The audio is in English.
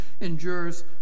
endures